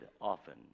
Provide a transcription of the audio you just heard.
often